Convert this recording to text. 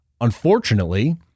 unfortunately